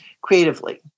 creatively